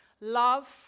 Love